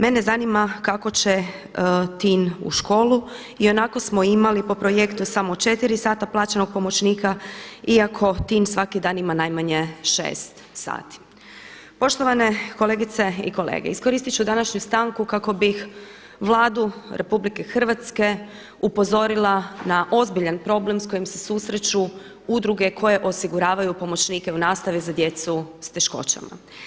Mene zanima kako će Tin u školu, ionako smo imali po projektu samo 4 sata plaćenog pomoćnika iako Tin svaki dan ima najmanje 6 sati.“ Poštovane kolegice i kolege, iskoristit ću današnju stanku kako bih Vladu RH upozorila na ozbiljan problem sa kojim se susreću udruge koje osiguravaju pomoćnike u nastavi za djecu sa teškoćama.